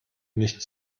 nicht